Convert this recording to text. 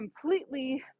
completely